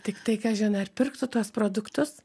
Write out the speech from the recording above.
tiktai kažin ar pirktų tuos produktus